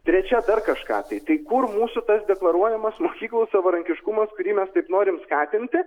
trečia dar kažką tai tai kur mūsų tas deklaruojamas mokyklų savarankiškumas kurį mes taip norim skatinti